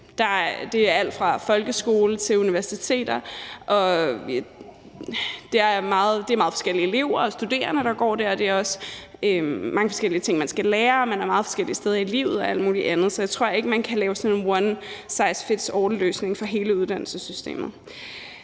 det er alt fra folkeskole til universiteter. Det er meget forskellige elever og studerende, der går dér, og det er også mange forskellige ting, man skal lære; man er meget forskellige steder i livet og alt muligt andet. Så jeg tror ikke, man kan lave sådan en one size fits all-løsning for hele uddannelsessystemet.